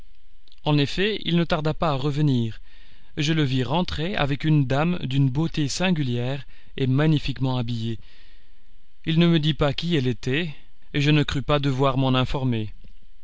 en effet il ne tarda pas à revenir et je le vis rentrer avec une dame d'une beauté singulière et magnifiquement habillée il ne me dit pas qui elle était et je ne crus pas devoir m'en informer